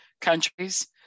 countries